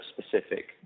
specific